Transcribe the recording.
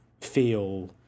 feel